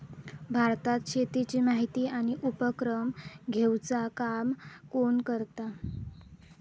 भारतात शेतीची माहिती आणि उपक्रम घेवचा काम कोण करता?